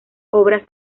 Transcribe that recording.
obras